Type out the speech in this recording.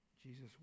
Jesus